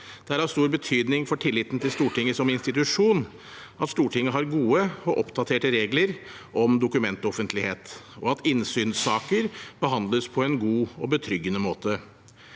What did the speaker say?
Det er av stor betydning for tilliten til Stortinget som institusjon at Stortinget har gode og oppdaterte regler om dokumentoffentlighet, og at innsynssaker behandles på en god og betryggende måte.